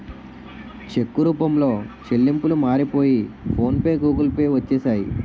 చెక్కు రూపంలో చెల్లింపులు మారిపోయి ఫోన్ పే గూగుల్ పే వచ్చేసాయి